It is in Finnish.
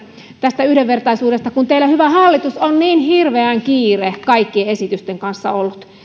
tästä yhdenvertaisuudesta kun teillä hyvä hallitus on niin hirveän kiire kaikkien esitysten kanssa ollut